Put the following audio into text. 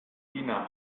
sina